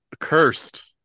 Cursed